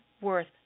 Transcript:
worth